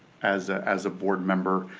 as as a board member,